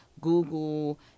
Google